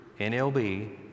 NLB